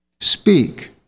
Speak